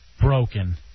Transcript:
broken